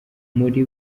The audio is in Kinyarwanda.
muri